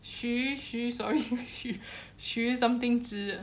徐徐 sorry 徐徐 something 知